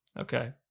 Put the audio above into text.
Okay